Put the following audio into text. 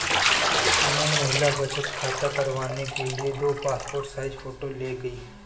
सुमन महिला बचत खाता करवाने के लिए दो पासपोर्ट साइज फोटो ले गई